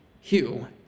Hugh